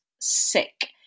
sick